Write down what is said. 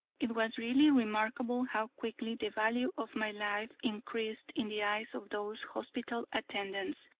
it was really remarkable how quickly the value of my life increased in the eyes of those hospital attendants,